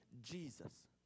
Jesus